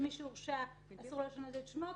שמי שהורשע, אסור לו לשנות את שמו.